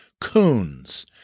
coons